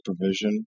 provision